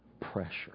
pressure